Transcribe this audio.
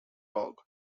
dog